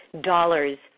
dollars